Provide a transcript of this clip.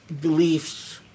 beliefs